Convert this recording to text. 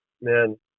Man